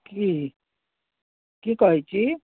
की की कहै छी